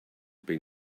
been